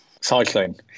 Cycling